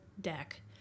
deck